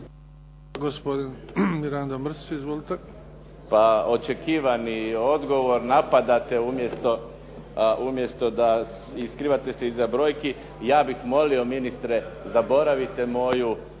**Mrsić, Mirando (SDP)** Pa očekivani odgovor. Napadate umjesto da skrivate se iza brojki. Ja bih molio ministre zaboravite moju